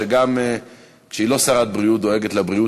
שגם כשהיא לא שרת בריאות דואגת לבריאות